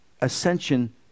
ascension